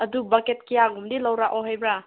ꯑꯗꯨ ꯕꯛꯀꯦꯠ ꯀꯌꯥꯒꯨꯝꯕꯗꯤ ꯂꯧꯔꯛꯑꯣ ꯍꯥꯏꯕ꯭ꯔꯥ